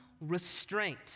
restraint